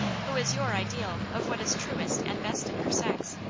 who is your ideal of what is truest and best in her sex,